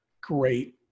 great